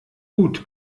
gut